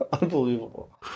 Unbelievable